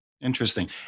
Interesting